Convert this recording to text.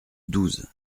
douze